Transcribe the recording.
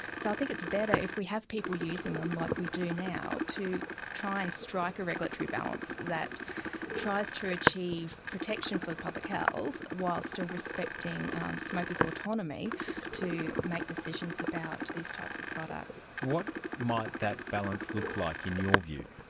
so i think it's better if we have people using them, like we do now, to try and strike a regulatory balance that tries to achieve protection for the public health while still respecting smokers' autonomy to make decisions about these types of products. what might that balance look like, in your view?